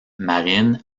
marines